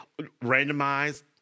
randomized